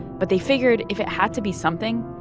but they figured if it had to be something,